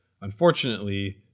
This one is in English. Unfortunately